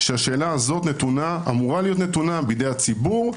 שהשאלה הזאת אמורה להיות נתונה בידי הציבור,